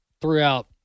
throughout